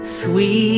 sweet